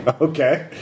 Okay